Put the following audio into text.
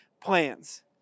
plans